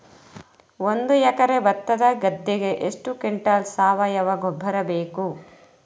ಒಂದು ಎಕರೆ ಭತ್ತದ ಗದ್ದೆಗೆ ಎಷ್ಟು ಕ್ವಿಂಟಲ್ ಸಾವಯವ ಗೊಬ್ಬರ ಬೇಕು?